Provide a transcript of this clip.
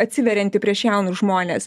atsiverianti prieš jaunus žmones